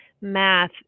math